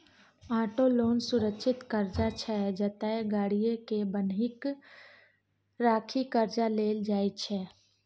auto loan सुरक्षित करजा छै जतय गाड़ीए केँ बन्हकी राखि करजा लेल जाइ छै